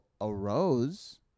arose